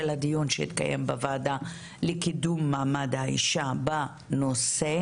הדיון שהתקיים בוועדה לקידום ממעמד האישה בנושא.